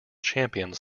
champions